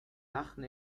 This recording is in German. lachen